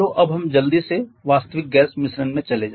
चलो अब हम जल्दी से वास्तविक गैस मिश्रण में चले